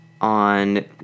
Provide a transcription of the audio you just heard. on